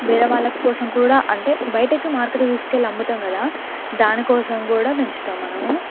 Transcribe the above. వేరే వాళ్ళ కోసం కూడా అంటే బయటకి మార్కెట్కి తీసుకెళ్ళి అమ్ముతాం కదా దాని కోసం కూడా పెంచుతాం మనము